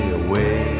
away